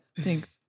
Thanks